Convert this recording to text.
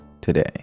today